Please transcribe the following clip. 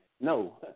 No